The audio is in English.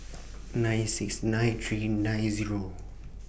nine six nine three nine Zero